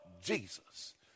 Jesus